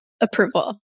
approval